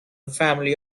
family